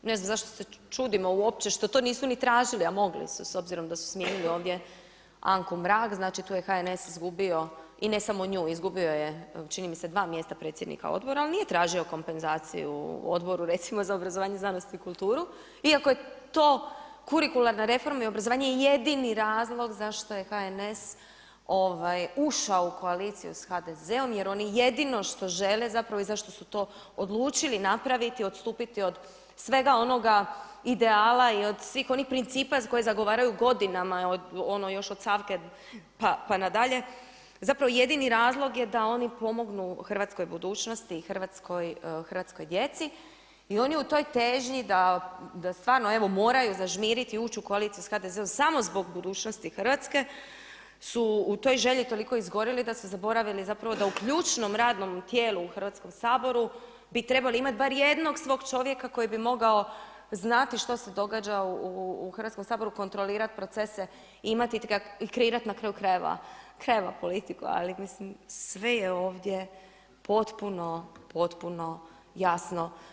Ne znam zašto se čudimo uopće što to nisu ni tražili a mogli su s obzirom da su smijenili ovdje Anku Mrak, znači tu je HNS izgubio, i ne samo nju, izgubio je, čini mi se 2 mjesta predsjednika odbora ali nije tražio kompenzaciju u Odboru recimo za obrazovanje, znanost i kulturu, iako je to kurikularna reforma i obrazovanje jedini razlog zašto je HNS ušao u koaliciju sa HDZ-om jer oni jedino što žele zapravo i zašto su to odlučili napraviti, odstupiti od svega onoga ideala i od svih onih principa koji zagovaraju godinama još od Savke pa na dalje, zapravo jedini razlog je da oni pomognu hrvatskoj budućnosti i hrvatskoj djeci, i oni u toj težnji da stvarno evo moraju zažmiriti i ući u koaliciju sa HDZ-om, samo zbog budućnosti Hrvatske, su u toj želi toliko izgorili da su zaboravili zapravo da u ključnom radnom tijelu u Hrvatskom saboru, bi trebali imati barem jednog svog čovjeka koji bi mogao znati što se događa u Hrvatskom saboru, kontrolirati procese, imati ga, i kreirati ga, na kraju krajeva politiku, ali mislim sve je ovdje potpuno, potpuno jasno.